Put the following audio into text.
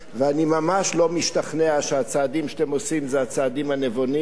ואני ממש לא משתכנע שהצעדים שאתם עושים הם הצעדים הנבונים,